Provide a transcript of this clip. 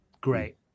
great